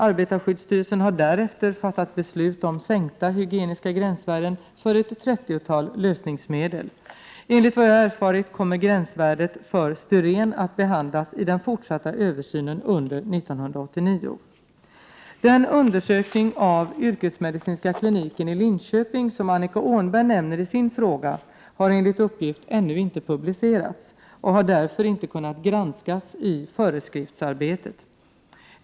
Arbetarskyddsstyrelsen har därefter fattat beslut om sänkta hygieniska gränsvärden för ett trettiotal lösningsmedel. Enligt vad jag erfarit kommer gränsvärdet för styren att behandlas i den fortsatta översynen under 1989. Den undersökning av yrkesmedicinska kliniken i Linköping som Annika Åhnberg nämner i sin fråga har enligt uppgift ännu inte publicerats och har därför inte kunnat granskas i föreskriftsarbetet.